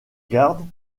gardes